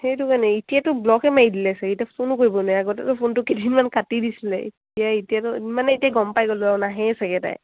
সেইটো কাৰণে এতিয়াতো ব্লকে মাৰি দিলে চাগে এতিয়া ফোনো কৰিব নোৱাৰি আগতেতো ফোনটো কেইদিনমান কাটি দিছিলে এতিয়া এতিয়াতো মানে এতিয়া গম পাই গ'লো আৰু নাহেই চাগে তাই